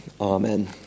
Amen